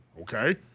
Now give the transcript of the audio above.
Okay